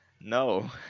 No